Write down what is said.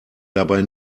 dabei